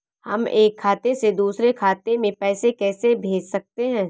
हम एक खाते से दूसरे खाते में पैसे कैसे भेज सकते हैं?